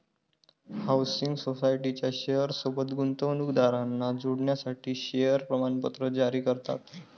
housing सोसायटीच्या share सोबत गुंतवणूकदारांना जोडण्यासाठी शेअर प्रमाणपत्र जारी करतात